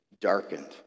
Darkened